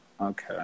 Okay